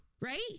right